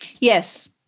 Yes